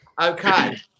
okay